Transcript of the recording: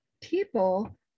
people